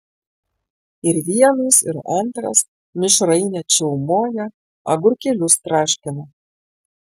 ir vienas ir antras mišrainę čiaumoja agurkėlius traškina